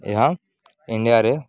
ଏହା ଇଣ୍ଡିଆରେ